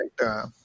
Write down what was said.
right